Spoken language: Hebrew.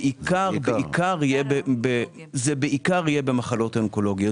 בעיקר זה בעיקר יהיה באיזה בעיקר יהיה במחלות אונקולוגיות,